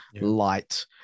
light